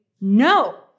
no